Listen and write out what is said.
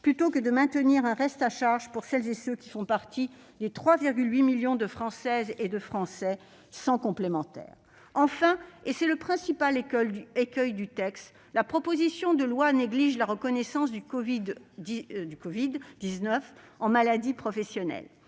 préfère maintenir un reste à charge pour celles et ceux qui font partie des 3,8 millions de Françaises et de Français sans complémentaire. Enfin- c'est là le principal écueil du texte -, cette proposition de loi néglige la reconnaissance du covid-19 comme maladie professionnelle.